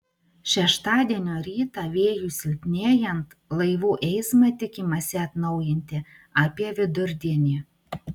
šeštadienio rytą vėjui silpnėjant laivų eismą tikimasi atnaujinti apie vidurdienį